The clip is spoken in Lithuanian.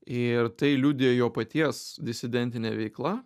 ir tai liudija jo paties disidentinė veikla